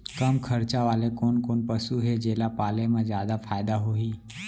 कम खरचा वाले कोन कोन पसु हे जेला पाले म जादा फायदा होही?